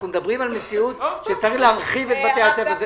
אנחנו מדברים על מציאות שצריך להרחיב את בתי הספר.